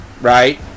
right